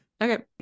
Okay